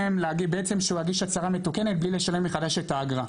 בעצם שהוא יגיש הצהרה מתוקנת בלי לשלם מחדש את האגרה.